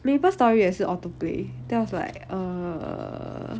maple story 也是 auto play then I was like err